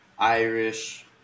Irish